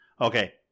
Okay